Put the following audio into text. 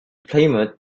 plymouth